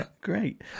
Great